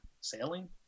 sailing